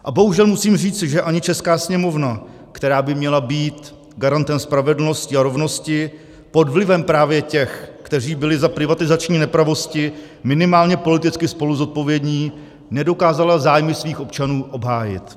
A bohužel musím říci, že ani česká Sněmovna, která by měla být garantem spravedlnosti a rovnosti, pod vlivem právě těch, kteří byli za privatizační nepravosti minimálně politicky spoluzodpovědní, nedokázala zájmy svých občanů obhájit.